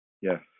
Yes